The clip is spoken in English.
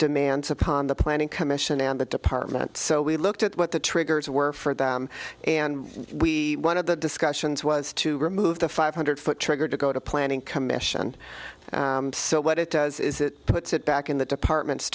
demands upon the planning commission and the department so we looked at what the triggers were for them and we one of the discussions was to remove the five hundred foot trigger to go to planning commission so what it does is it puts it back in the department